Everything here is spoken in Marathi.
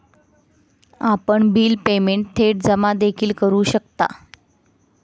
आपण बिल पेमेंट थेट जमा देखील करू शकता